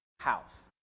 House